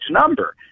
number